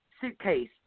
suitcase